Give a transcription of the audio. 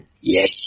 Yes